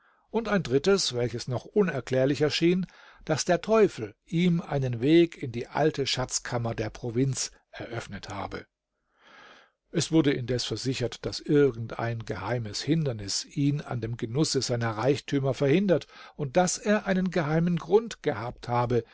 und ein drittes welches noch unerklärlicher schien daß der teufel ihm einen weg in die alte schatzkammer der provinz eröffnet habe es wurde indes versichert das irgend ein geheimes hindernis ihn an dem genusse seiner reichtümer verhindert und daß er einen geheimen grund gehabt habe